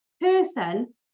person